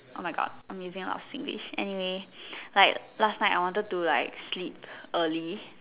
oh my God I'm using a lot of Singlish anyway like last night I wanted to like sleep early